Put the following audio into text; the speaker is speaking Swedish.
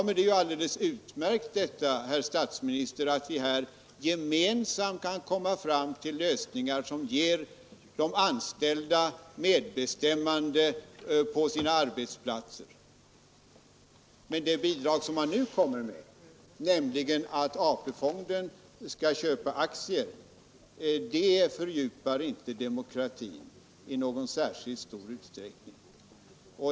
Men det är ju alldeles utmärkt, herr statsminister, att vi här gemensamt kan komma fram till lösningar som ger de anställda medbestämmande på sina arbetsplatser. Men det bidrag som man nu kommer med, nämligen att AP-fonden skall köpa aktier, fördjupar inte demokratin i särskilt stor utsträckning.